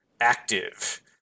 active